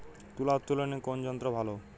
তুলা উত্তোলনে কোন যন্ত্র ভালো?